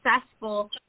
successful